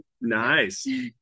Nice